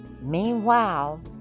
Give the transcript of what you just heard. Meanwhile